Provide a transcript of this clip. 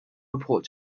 report